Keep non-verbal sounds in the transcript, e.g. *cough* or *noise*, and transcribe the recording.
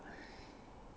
*breath*